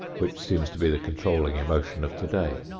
which seems to be the controlling emotion of today.